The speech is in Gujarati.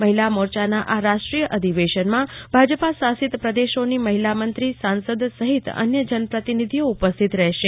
મહિલા મોરચાના આ રાષ્ટીય અધિવેશનમાં ભાજપાશાસિત પ્રદેશોની મહિલામંત્રી સાસંદ સહીત અન્ય જન પ્રતિનીતિઓ ઉપસ્થિત રહેશે